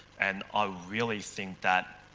and i really think that